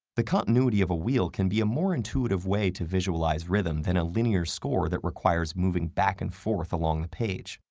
the continuity of a wheel can be a more intuitive way to visualize rhythm than a linear score that requires moving back and forth along the page.